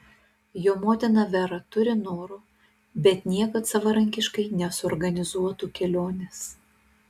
jo motina vera turi noro bet niekad savarankiškai nesuorganizuotų kelionės